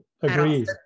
Agreed